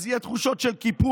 אז יהיו תחושות של קיפוח.